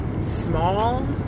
small